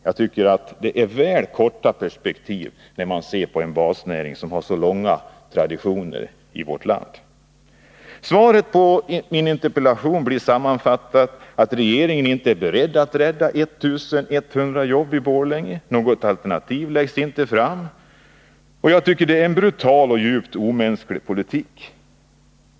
Jag tycker att man har väl korta perspektiv när det gäller en basnäring som har så långa traditioner i vårt land. Svaret på min interpellation blir sammanfattat att regeringen inte är beredd att rädda ett 1 100 jobb i Borlänge. Något alternativ läggs inte fram. Jag tycker att det är en brutal och djupt omänsklig politik.